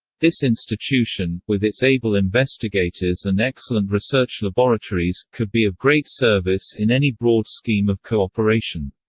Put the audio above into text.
this institution, with its able investigators and excellent research laboratories, could be of great service in any broad scheme of cooperation.